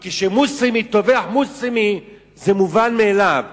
כי כשמוסלמי טובח במוסלמי זה מובן מאליו.